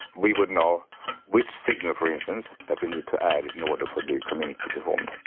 we would know which signal, for instance, that we need to add in order for the community to be formed.